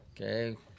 okay